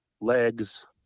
legs